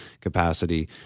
capacity